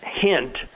hint